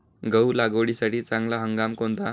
गहू लागवडीसाठी चांगला हंगाम कोणता?